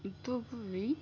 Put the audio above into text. Dubai